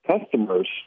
customers